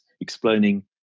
explaining